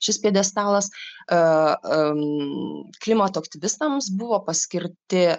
šis pjedestalas klimato aktyvistams buvo paskirti